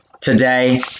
today